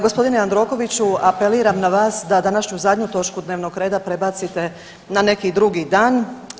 Gospodine Jandrokoviću, apeliram na vas da donašanju zadnju točku dnevnog reda prebacite na neki drugi dan.